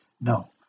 no